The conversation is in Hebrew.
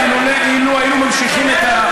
אילו היינו ממשיכים את,